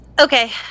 Okay